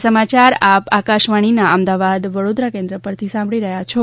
corona સંદેશ આ સમાચાર આપ આકાશવાણીના અમદાવાદ વડોદરા કેન્દ્ર પરથી સાંભળી રહ્યા છો